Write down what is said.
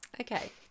okay